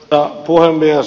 arvoisa puhemies